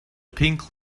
pink